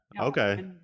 Okay